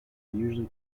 usually